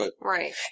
Right